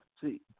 See